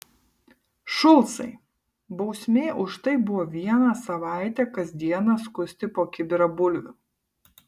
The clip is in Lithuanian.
šulcai bausmė už tai buvo vieną savaitę kas dieną skusti po kibirą bulvių